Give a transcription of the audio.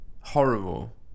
horrible